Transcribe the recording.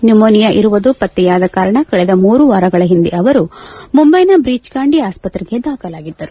pneumonia ಇರುವುದು ಪತ್ತೆಯಾದ ಕಾರಣ ಕಳೆದ ಮೂರು ವಾರಗಳ ಹಿಂದೆ ಅವರು ಬ್ರೀಜ್ ಕ್ಕಾಂಡಿ ಆಸ್ಪತ್ರೆಗೆ ಅವರು ದಾಖಲಾಗಿದ್ದರು